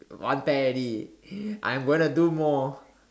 one pair already I'm gonna do more